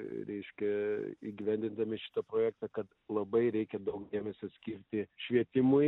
reiškia įgyvendindami šitą projektą kad labai reikia daug dėmesio skirti švietimui